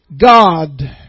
God